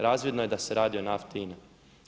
Razvidno je da se radi o nafti INA-e.